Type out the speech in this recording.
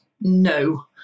no